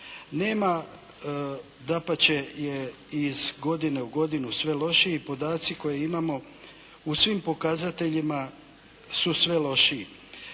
Nema dapače je iz godine u godinu sve lošiji podaci koje imamo, u svim pokazateljima su sve lošiji